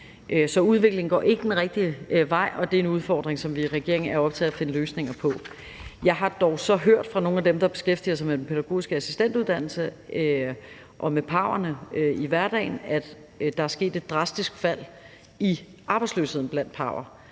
Så udviklingen går ikke den rigtige vej, og det er en udfordring, som vi i regeringen er optaget af at finde løsninger på. Jeg har dog så hørt fra nogle af dem, der beskæftiger sig med den pædagogiske assistentuddannelse og med pau'erne i hverdagen, at der er sket et drastisk fald i arbejdsløsheden blandt pau'er,